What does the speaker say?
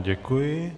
Děkuji.